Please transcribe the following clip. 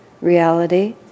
reality